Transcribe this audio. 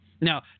Now